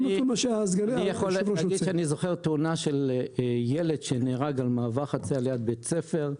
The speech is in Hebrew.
אני זוכר תאונה של ילד שנהרג על מעבר חציה ליד בית ספר,